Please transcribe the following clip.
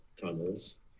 tunnels